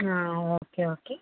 ആ okay okay